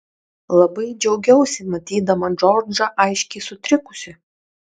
labai džiaugiausi matydama džordžą aiškiai sutrikusį